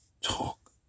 talk